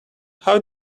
how